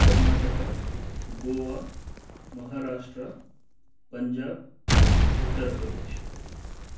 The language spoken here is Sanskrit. कर्णाटका गोवा महाराष्ट्र पञ्जाब् उत्तरप्रदेश